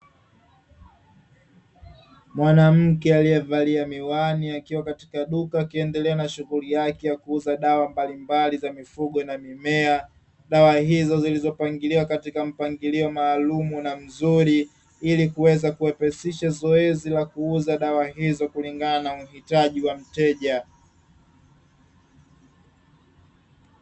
Mwanamke aliyevalia miwani akiwa katika duka akiendelea na shughuli yake ya kuuza dawa mbalimbali za mifugo na mimea; dawa hizo zilizopangiliwa katika mpangilio maalumu na mzuri, ili kuweza kuwepesisha zoezi la kuuza dawa hizo kulingana na uhitaji wa mteja.